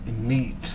meat